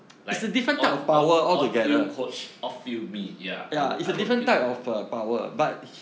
it's like a different type of power altogether coach of you be ya ya it's a different type of a power but what the primary one is it's a steam power as as his